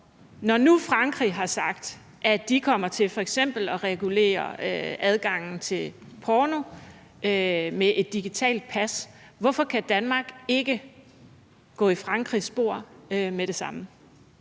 Når nu Frankrig har sagt, at de kommer til f.eks. at regulere adgangen til porno med et digitalt pas, hvorfor kan Danmark så ikke gå i Frankrigs spor med det samme?